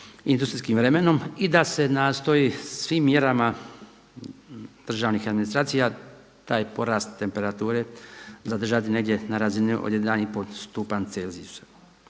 industrijskim vremenom i da se nastoji svim mjerama državnih administracija taj porast temperature zadržati negdje na razini od 1,5 stupanj celzijusa.